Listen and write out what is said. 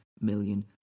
million